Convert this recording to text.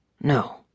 No